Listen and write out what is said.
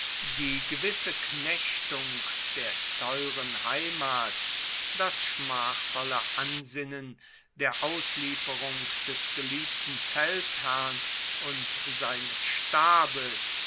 die gewisse knechtung der teuren heimat das schmachvolle ansinnen der auslieferung des geliebten feldherrn und seines stabes